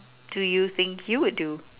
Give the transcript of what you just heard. do you think you would do